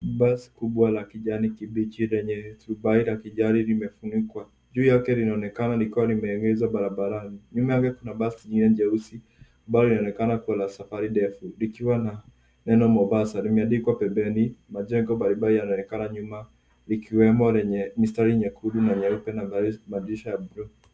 Basi kubwa la kijani kibichi lenye turubai la kijani limefunikwa. Juu yake linaonekana likiwa limeegeshwa barabarani. Nyuma jingine jeusi ambalo linaonekana kuwa la safari ndefu likiwa na neno Mombasa limeandikwa pembeni. Majengo mbalimbali yanaonekana nyuma likiwemo lenye mistari nyekundu na nyeupe na madirisha ya buluu.